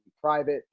private